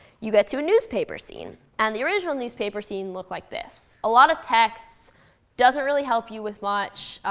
you get to a newspaper scene. and the original newspaper scene looked like this, a lot of text. it doesn't really help you with much.